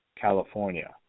California